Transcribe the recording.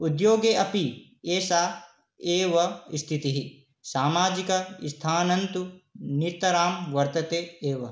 उद्योगे अपि एषा एव स्थितिः सामाजिकस्थानं तु नितरां वर्तते एव